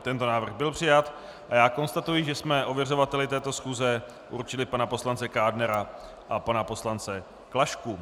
Tento návrh byl přijat a já konstatuji, že jsme ověřovateli této schůze určili pana poslance Kádnera a pana poslance Klašku.